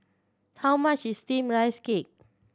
how much is Steamed Rice Cake